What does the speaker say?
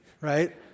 right